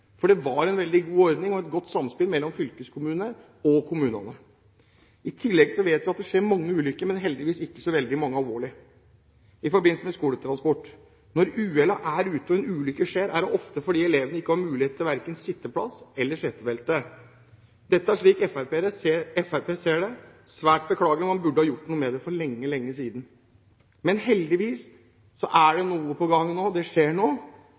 for det var en veldig god ordning og et godt samspill mellom fylkeskommuner og kommunene. I tillegg vet vi at det skjer mange ulykker i forbindelse med skoletransport, men heldigvis ikke så veldig mange alvorlige. Når uhellet er ute og en ulykke skjer, skjer det ofte fordi elevene ikke har mulighet til verken sitteplass eller setebelte. Dette er, slik Fremskrittspartiet ser det, svært beklagelig, og man burde ha gjort noe med det for lenge siden. Heldigvis er det noe på gang nå, det skjer